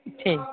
ٹھیک